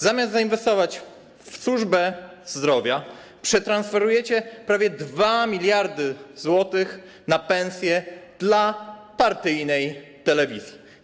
Zamiast zainwestować w służbę zdrowia, przetransferujecie prawie 2 mld zł na pensje dla partyjnej telewizji.